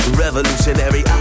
revolutionary